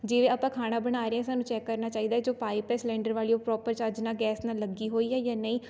ਜਿਵੇਂ ਆਪਾਂ ਖਾਣਾ ਬਣਾ ਰਹੇ ਸਾਨੂੰ ਚੈੱਕ ਕਰਨਾ ਚਾਹੀਦਾ ਜੋ ਪਾਈਪ ਹੈ ਸਿਲੰਡਰ ਵਾਲੀ ਉਹ ਪ੍ਰੋਪਰ ਚੱਜ ਨਾਲ ਗੈਸ ਨਾਲ ਲੱਗੀ ਹੋਈ ਹੈ ਜਾਂ ਨਹੀਂ